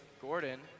Gordon